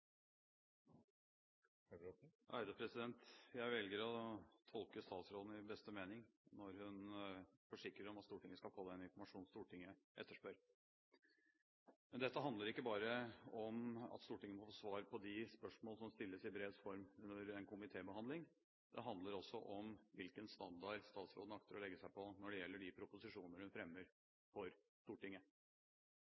Jeg velger å tolke statsråden i beste mening når hun forsikrer at Stortinget skal få den informasjonen som Stortinget etterspør. Men dette handler ikke bare om at Stortinget må få svar på de spørsmål som stilles i brevs form under en komitébehandling. Det handler også om hvilken standard statsråden akter å legge seg på når det gjelder de proposisjoner hun fremmer